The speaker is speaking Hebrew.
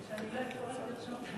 סעיף 1 נתקבל.